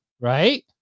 right